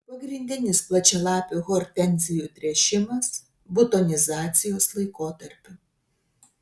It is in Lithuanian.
pagrindinis plačialapių hortenzijų tręšimas butonizacijos laikotarpiu